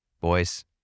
boys